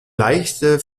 leichte